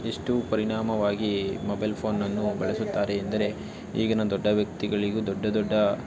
ಎಷ್ಟು ಪರಿಣಾಮವಾಗಿ ಮೊಬೈಲ್ ಫೋನನ್ನು ಬಳಸುತ್ತಾರೆ ಎಂದರೆ ಈಗಿನ ದೊಡ್ಡ ವ್ಯಕ್ತಿಗಳಿಗೂ ದೊಡ್ಡ ದೊಡ್ಡ